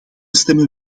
stemmen